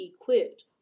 equipped